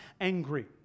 angry